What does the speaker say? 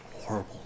horrible